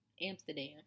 Amsterdam